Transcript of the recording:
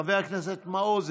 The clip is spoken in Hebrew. חבר הכנסת מעוז,